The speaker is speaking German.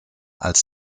als